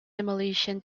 demolition